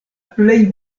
plej